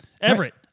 Everett